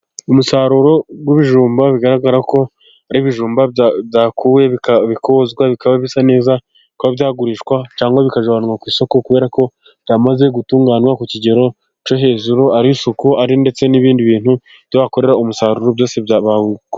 Umusaruro w'ibijumba bigaragara ko ari ibijumba byakuwe, bikozwa bikaba bisa neza bikaba byagurishwa cyangwa bikajyanwa ku isoko, kubera ko byamaze gutunganywa ku kigero cyo hejuru. Ari isuku, ari ndetse n'ibindi bintu byo bakorera umusaruro byose byaba...